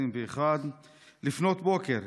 לפנות בוקר,